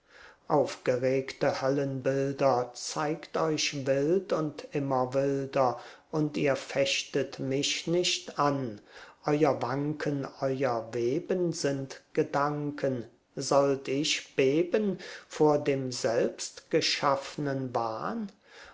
aufgeregte höllenbilder zeigt euch wild und immer wilder und ihr fechtet mich nicht an euer wanken euer weben sind gedanken sollt ich beben vor dem selbstgeschaffnen wahn